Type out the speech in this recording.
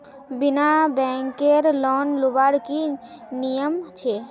बिना बैंकेर लोन लुबार की नियम छे?